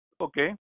Okay